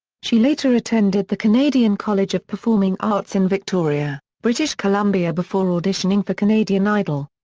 she later attended the canadian college of performing arts in victoria, british columbia before auditioning for canadian idol.